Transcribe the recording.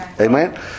Amen